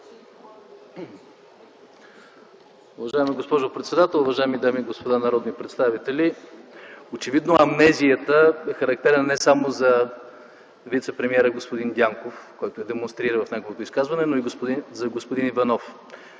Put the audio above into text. Уважаема госпожо председател, уважаеми дами и господа народни представители! Очевидно амнезията е характерна не само за вицепремиера господин Дянков, който я демонстрира в неговото изказване, но и за господин Иванов.